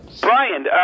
Brian